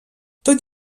tot